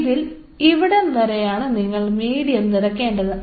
ഇതിൽ ഇവിടം വരെയാണ് നിങ്ങൾ മീഡിയം നിറയ്ക്കേണ്ടത്